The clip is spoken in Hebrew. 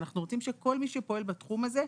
אלא בשביל כל מי שפועל בתחום הזה,